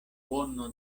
bono